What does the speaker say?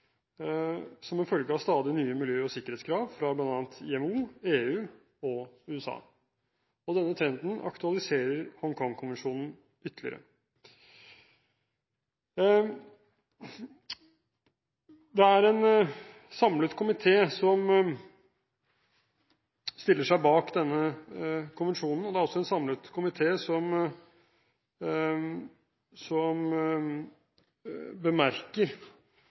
som en følge av stadig nye miljø- og sikkerhetskrav fra bl.a. IMO, EU og USA. Denne trenden aktualiserer Hongkong-konvensjonen ytterligere. Det er en samlet komité som stiller seg bak denne konvensjonen, og det er også en samlet komité som bemerker